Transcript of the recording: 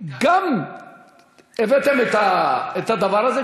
גם הבאתם את הדבר הזה,